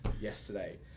yesterday